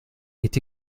est